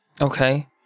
Okay